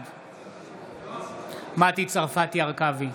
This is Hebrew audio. בעד מטי צרפתי הרכבי,